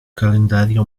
calendario